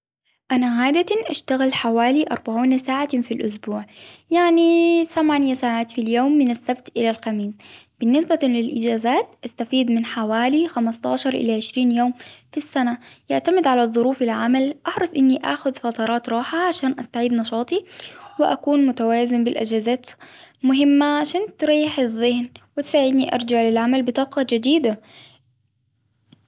أنا عادة أشتغل حوالي أربعون ساعة في الإسبوع، يعني ثمانية ساعات في اليوم من السبت الى الخميس، بالنسبة للأجازات أستفيد من حوالي خمسة عشر إلى عشرين يوم في السنة، يعتمد على الظروف العمل. أحرص إني آخد فترات راحة عشان أستعيد نشاطي، وأكون متوازن الأجازات مهمة عشان تريح الزهن وتساعدني أرجع للعمل بطاقة جديدة.